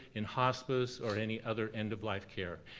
in hospice, or any other end-of-life care.